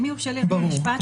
ברור.